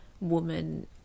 woman